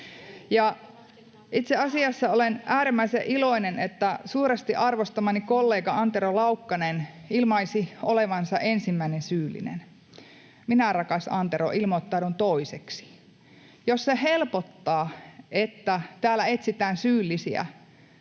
Itse asiassa olen äärimmäisen iloinen, että suuresti arvostamani kollega Antero Laukkanen ilmaisi olevansa ensimmäinen syyllinen. Minä, rakas Antero, ilmoittaudun toiseksi. Jos se helpottaa, että täällä etsitään syyllisiä